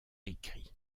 écrit